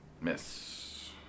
Miss